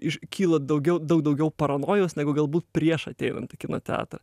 iškyla daugiau daug daugiau paranojos negu galbūt prieš ateinant į kino teatrą